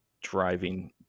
driving